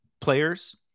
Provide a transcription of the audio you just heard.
players